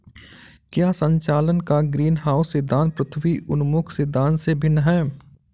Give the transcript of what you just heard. क्या संचालन का ग्रीनहाउस सिद्धांत पृथ्वी उन्मुख सिद्धांत से भिन्न है?